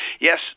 Yes